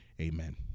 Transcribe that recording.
amen